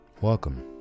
Welcome